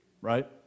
right